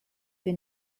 für